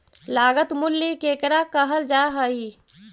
लागत मूल्य केकरा कहल जा हइ?